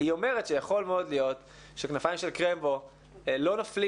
היא אומרת שיכול מאוד להיות ש'כנפיים של קרמבו' לא נופלים